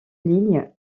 ligne